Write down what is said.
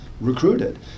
recruited